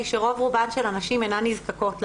היא שרוב רובן של הנשים אינן נזקקות להגנות.